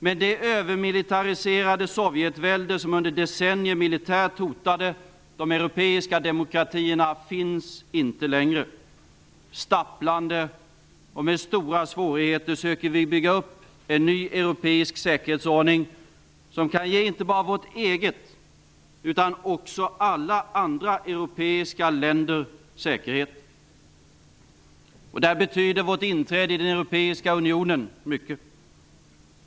Men det övermilitäriserade Sovjetvälde som under decennier militärt hotade de europeiska demokratierna finns inte längre. Stapplande och med stora svårigheter söker vi bygga upp en ny europeisk säkerhetsordning som kan ge inte bara vårt eget land utan också alla andra europeiska länder säkerhet. Där betyder vårt inträde i den europeiska unionen mycket.